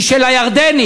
הוא של הירדנים.